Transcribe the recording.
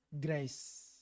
Grace